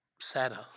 sadder